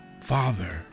Father